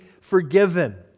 forgiven